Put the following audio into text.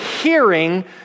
hearing